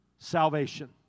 Salvation